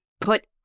put